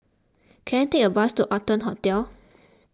can I take a bus to Arton Hotel